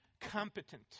competent